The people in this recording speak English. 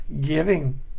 giving